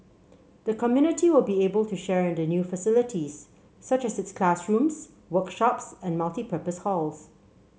the community will be able to share in the new facilities such as its classrooms workshops and multipurpose hall